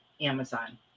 Amazon